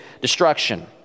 destruction